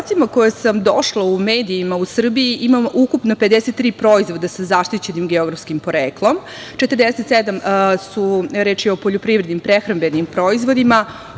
podacima koje sam našla u medijima, u Srbiji ima ukupno 53 proizvoda sa zaštićenim geografskim poreklom, 47 su poljoprivredni, prehrambeni proizvodi,